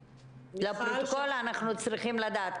לפרוטוקול, אנחנו צריכים לדעת.